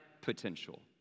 potential